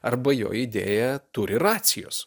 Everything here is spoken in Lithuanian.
arba jo idėja turi racijos